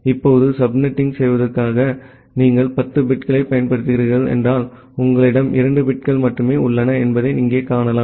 இப்போது சப்நெட்டிங் செய்வதற்கு நீங்கள் 10 பிட்களைப் பயன்படுத்துகிறீர்கள் என்றால் உங்களிடம் 2 பிட்கள் மட்டுமே உள்ளன என்பதை இங்கே காணலாம்